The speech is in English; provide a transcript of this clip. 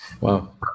Wow